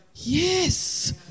Yes